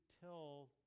tell